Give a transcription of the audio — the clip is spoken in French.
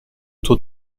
taux